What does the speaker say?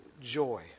joy